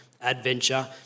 adventure